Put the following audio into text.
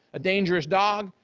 a dangerous dog.